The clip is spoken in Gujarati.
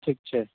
ઠીક છે